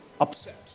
upset